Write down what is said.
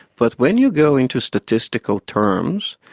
but when you go into statistical terms,